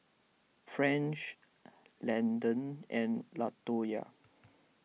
French Landan and Latoya